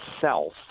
self